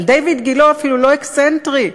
אבל דיויד גילה אפילו לא אקסצנטרי.